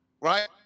right